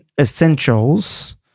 essentials